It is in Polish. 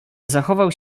zachował